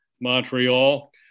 Montreal